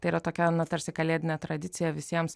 tai yra tokia tarsi kalėdinė tradicija visiems